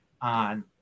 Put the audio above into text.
on